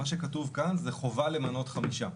מה שכתוב כאן זה חובה למנות חמישה,